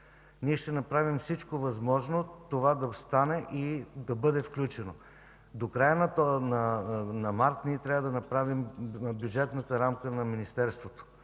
Ние ще направим всичко възможно това да остане и да бъде включено. До края на март ние трябва да направим бюджетната рамка на Министерството.